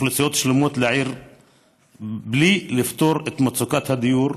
אוכלוסיות שלמות, בלי לפתור את מצוקת הדיור,